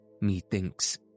methinks